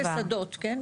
זה היה בשדות, כן?